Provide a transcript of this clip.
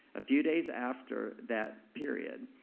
a few days after that period,